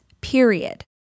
period